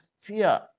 fear